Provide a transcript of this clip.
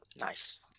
Nice